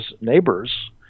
neighbors